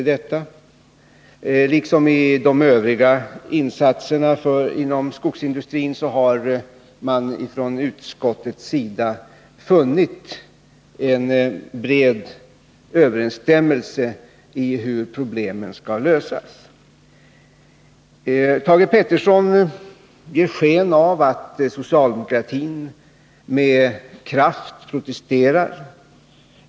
Liksom när det gäller de övriga insatserna för skogsindustrin har man inom utskottet kommit till en bred enighet om hur problemen skall lösas. Thage Peterson ger sken av att socialdemokratin med kraft protesterat.